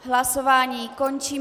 Hlasování končím.